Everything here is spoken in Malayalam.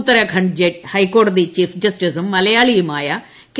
ഉത്തരാഖണ്ഡ് ഹൈക്കോടതി ചീഫ് ജസ്റ്റിസും മലയാളിയുമായ കെ